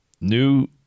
new